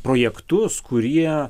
projektus kurie